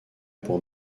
pour